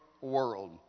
world